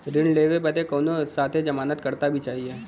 ऋण लेवे बदे कउनो साथे जमानत करता भी चहिए?